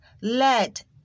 let